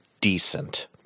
decent